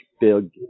big